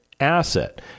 Asset